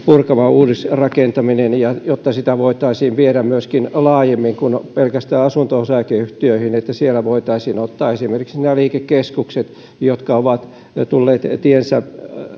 purkava uudisrakentaminen jotta sitä voitaisiin viedä myöskin laajemmin kuin pelkästään asunto osakeyhtiöihin siellä voitaisiin ottaa esimerkiksi nämä liikekeskukset jotka ovat tulleet tiensä ja